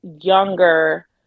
younger